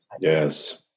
Yes